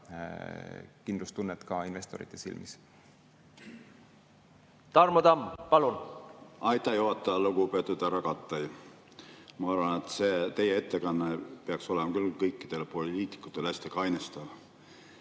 kindlustunnet ka investorite silmis.